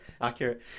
Accurate